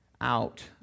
out